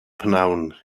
pnawn